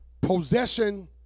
possession